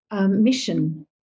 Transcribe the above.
mission